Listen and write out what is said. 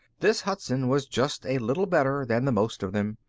this hudson was just a little better than the most of them.